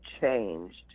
changed